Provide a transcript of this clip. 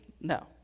No